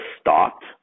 stopped